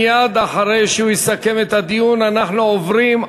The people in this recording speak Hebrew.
מייד אחרי שהוא יסכם את הדיון אנחנו עוברים להצבעות,